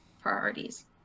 priorities